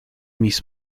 mis